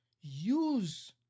use